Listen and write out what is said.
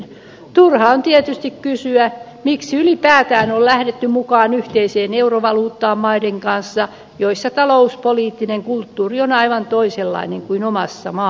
turha on tietysti kysyä miksi ylipäätään on lähdetty mukaan yhteiseen eurovaluuttaan maiden kanssa joissa talouspoliittinen kulttuuri on aivan toisenlainen kuin omassa massamme